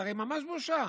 זו הרי ממש בושה.